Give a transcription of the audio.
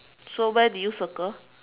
so where did you circle